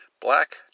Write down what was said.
Black